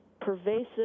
pervasive